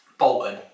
Bolton